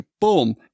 Boom